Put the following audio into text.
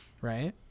Right